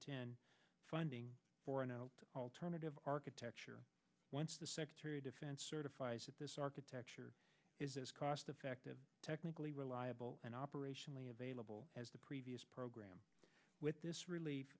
ten funding for an alternative architecture once the secretary of defense certifies that this architecture is as cost effective technically reliable and operationally available as the previous program with this re